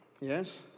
yes